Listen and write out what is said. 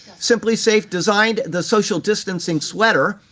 simplisafe designed the social distancing sweater,